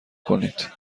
کنید